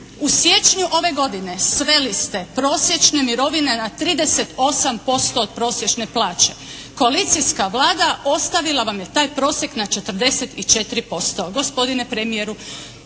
U siječnju ove godine sveli ste prosječne mirovine na 38% od prosječne plaće. Koalicijska Vlada ostavila vam je taj prosjek na 44%.